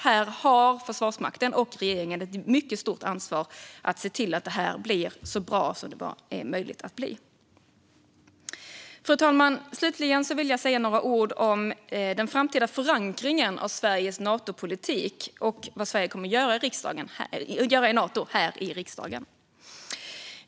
Här har regeringen och Försvarsmakten ett mycket stort ansvar för att se till att detta blir så bra som möjligt. Fru talman! Slutligen ska jag säga några ord om den framtida förankringen i riksdagen av Sveriges Natopolitik och av vad Sverige kommer att göra i Nato.